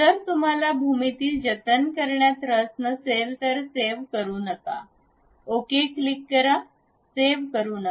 जर तुम्हाला भूमिती जतन करण्यात रस नसेल तर सेव्ह करू नका ओके क्लिक करा सेव्ह करू नका